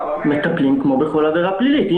מטפלים כמו בכל עבירה פלילית.